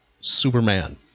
Superman